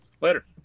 later